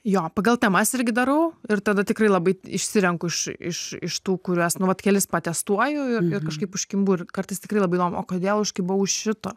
jo pagal temas irgi darau ir tada tikrai labai išsirenku iš iš iš tų kuriuos nu vat kelis patestuoju ir kažkaip užkimbu ir kartais tikrai labai įdomu o kodėl užkibau už šito